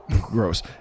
Gross